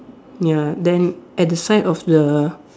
ya then at the side of the